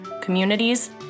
communities